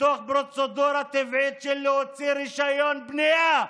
בפרוצדורה טבעית של להוציא רישיון בנייה.